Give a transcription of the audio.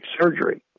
surgery